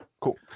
Cool